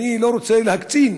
אני לא רוצה להקצין,